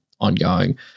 ongoing